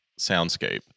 soundscape